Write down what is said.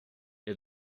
der